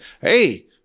hey